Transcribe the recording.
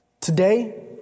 Today